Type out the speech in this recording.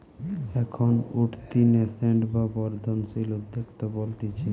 এখন উঠতি ন্যাসেন্ট বা বর্ধনশীল উদ্যোক্তা বলতিছে